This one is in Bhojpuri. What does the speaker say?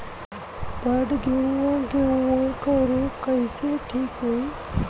बड गेहूँवा गेहूँवा क रोग कईसे ठीक होई?